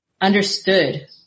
understood